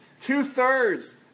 two-thirds